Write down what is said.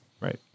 Right